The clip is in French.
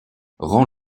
rend